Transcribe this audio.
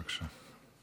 בבקשה.